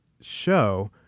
show